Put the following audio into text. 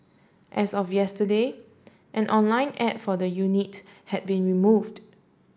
as of yesterday an online ad for the unit had been removed